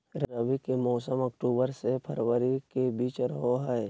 रबी के मौसम अक्टूबर से फरवरी के बीच रहो हइ